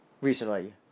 recently